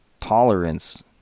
tolerance